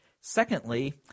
Secondly